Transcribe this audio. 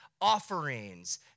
offerings